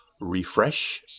refresh